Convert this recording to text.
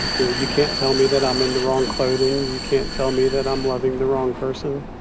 you know, you can't tell me that i'm in the wrong clothing. you can't tell me that i'm loving the wrong person.